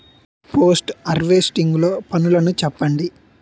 Post harvesting లో పనులను చెప్పండి?